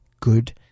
good